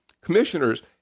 commissioners